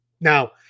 Now